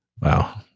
Wow